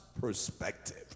perspective